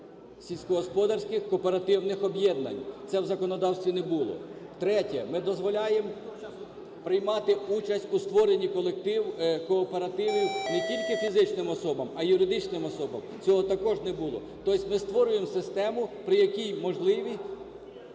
сільськогосподарських кооперативних об'єднань. Це в законодавстві не було. Третє. Ми дозволяємо приймати участь у створенні кооперативів не тільки фізичним особам, а й юридичним особам. Цього також не було. То єсть, ми створюємо систему, при якій можливі